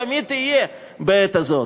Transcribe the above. תמיד יהיה "בעת הזאת".